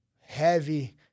heavy